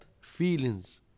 feelings